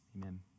amen